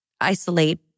isolate